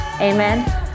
Amen